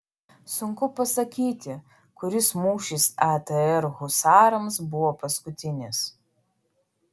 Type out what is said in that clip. sunku pasakyti kuris mūšis atr husarams buvo paskutinis